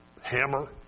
hammer